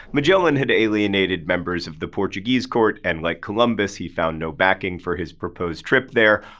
magellan had alienated members of the portuguese court and like columbus he found no backing for his proposed trip there.